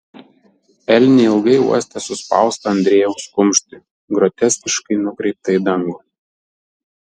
elnė ilgai uostė suspaustą andriejaus kumštį groteskiškai nukreiptą į dangų